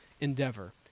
endeavor